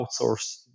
outsource